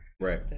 right